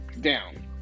down